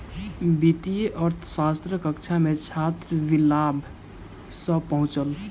वित्तीय अर्थशास्त्रक कक्षा मे छात्र विलाभ सॅ पहुँचल